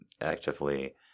actively